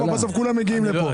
כי בסוף כולם מגיעים לפה.